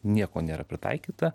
nieko nėra pritaikyta